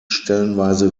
stellenweise